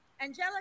Angelica